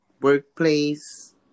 workplace